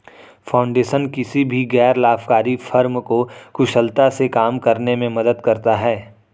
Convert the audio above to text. foundation किसी भी गैर लाभकारी फर्म को कुशलता से काम करने में मदद करता हैं